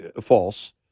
false